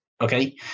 okay